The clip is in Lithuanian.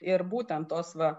ir būtent tos va